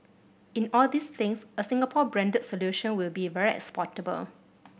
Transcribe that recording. in all these things a Singapore branded solution will be very exportable